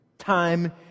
Time